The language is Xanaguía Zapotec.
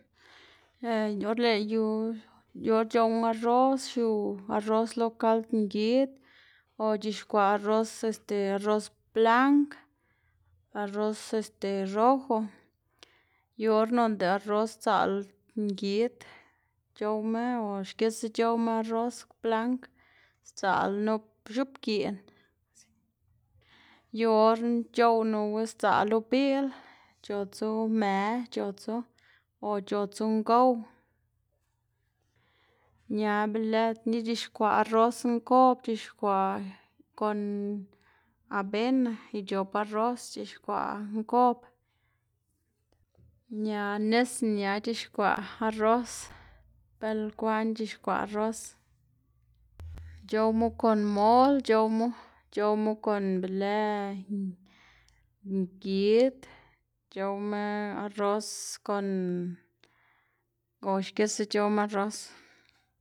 or lëꞌ yu yu or c̲h̲owná arroz xiu arroz lo kald ngid o c̲h̲ixkwaꞌ arroz este arroz blang, arroz este rojo, yu or noꞌnda arroz sdzaꞌl ngid c̲h̲owma o xkisa c̲h̲owma arroz blang sdzaꞌl nup x̱oꞌbgiꞌn, yu orna c̲h̲oꞌwnu sdzaꞌlu biꞌl c̲h̲otsu më c̲h̲otsu o c̲h̲otsu ngow ña be lëdna i c̲h̲ixkwaꞌ arroz nkob kon abena ic̲h̲op arroz c̲h̲ixkwaꞌ nkob, ña nis ña c̲h̲ixkwaꞌ arroz, belkwaꞌn c̲h̲ixkwaꞌ arroz, c̲h̲owmo kon mol c̲h̲owmu, c̲h̲owmu kon be lë ngid, c̲h̲owma arroz kon o xkisa c̲h̲owma arroz.